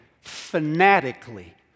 fanatically